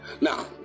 Now